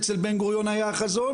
אצל בן גוריון היה החזון,